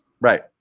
Right